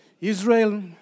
Israel